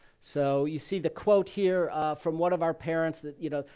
so you see the quote here from one of our parents that, you know,